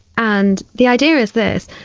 and the idea is this,